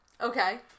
Okay